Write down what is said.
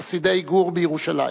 לחסידי גור מירושלים,